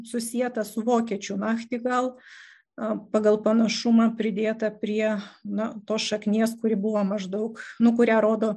susieta su vokiečių nachtigal pagal panašumą pridėtą prie na tos šaknies kuri buvo maždaug nu kurią rodo